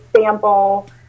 sample